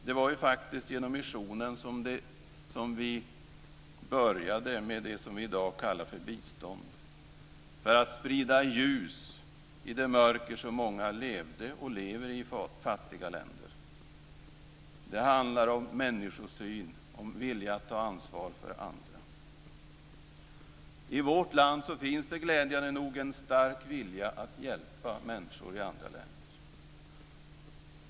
Det var ju faktiskt genom missionen som vi började med det som vi i dag kallar för bistånd, för att sprida ljus i det mörker som många levde och lever i i fattiga länder. Det handlar om människosyn och om vilja att ta ansvar för andra. I vårt land finns det glädjande nog en stark vilja att hjälpa människor i andra länder.